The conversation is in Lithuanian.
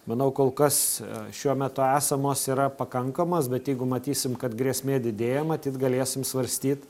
manau kol kas šiuo metu esamos yra pakankamos bet jeigu matysim kad grėsmė didėja matyt galėsim svarstyt